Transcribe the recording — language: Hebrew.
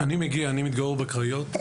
אני מגיע, אני מתגורר בקריות,